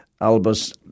Albus